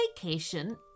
vacation